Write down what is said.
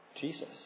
Jesus